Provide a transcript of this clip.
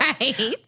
Right